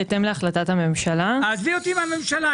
בהתאם להחלטת הממשלה- -- עזבי את החלטת הממשלה.